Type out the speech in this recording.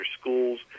schools